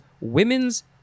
Women's